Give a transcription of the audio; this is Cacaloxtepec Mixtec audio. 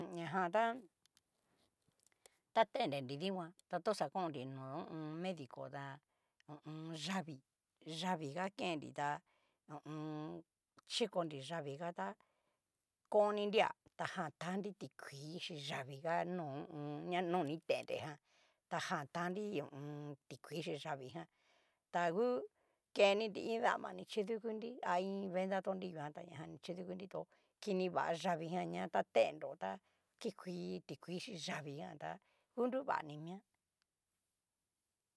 Ñajan tá ta tenreri dikuan ta to oxa konnri no ho o on. medico ta ho o on. yavi, yavi ga kennri tá, ho o on. chikonri yavi ka tá, koninria ta jan ta nri tikuii xi yavika no ho o on. ña no ni tendre ján, ta jan tandri ho o on. tikuii xi yavi jan a tau keninri iin dama kidukunri a iin venta no ninguan ta najan ni kidukunri to kini vá yavi han na ta tenro ta kikui tikuixí yavii jan tá u nruvani mia.